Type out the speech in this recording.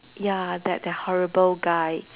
ya that that horrible guy